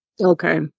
Okay